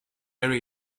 area